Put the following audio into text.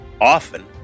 Often